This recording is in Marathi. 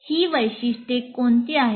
ही वैशिष्ट्ये कोणती आहेत